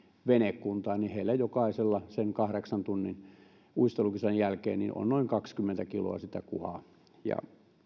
venekuntaa niin heillä jokaisella sen kahdeksan tunnin uistelukisojen jälkeen on noin kaksikymmentä kiloa sitä kuhaa ja